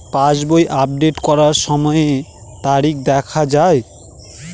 পাসবই update করার সময়ে তারিখ দেখা য়ায়?